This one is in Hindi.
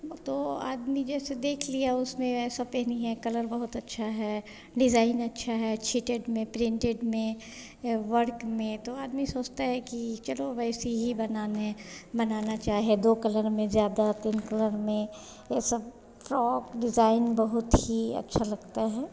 वह तो आदमी जैसे देख लिया उसने ऐसा पहनी है कलर बहुत अच्छा है डिज़ाइन अच्छा है छीटे में प्रिंटेड में वर्क में तो आदमी सोचता है कि चलो वैसे सी ही बनाने है बनाना चाहे या दो कलर में ज़्यादा तीन कलर में ये सब फ्रॉक डिज़ाइन बहुत ही अच्छा लगता है